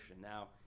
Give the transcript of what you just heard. Now